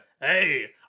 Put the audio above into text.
Hey